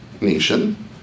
nation